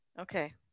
Okay